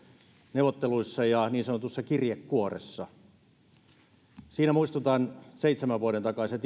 neuvotteluissa ja niin sanotussa kirjekuoressa muistutan seitsemän vuoden takaisesta